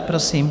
Prosím.